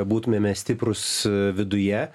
būtumėme stiprūs viduje